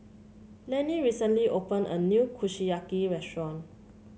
Lenny recently opened a new Kushiyaki restaurant